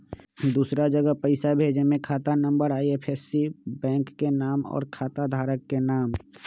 दूसरा जगह पईसा भेजे में खाता नं, आई.एफ.एस.सी, बैंक के नाम, और खाता धारक के नाम?